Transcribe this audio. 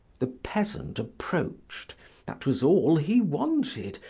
the peasant approached that was all he wanted,